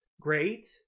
great